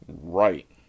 right